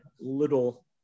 little